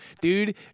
dude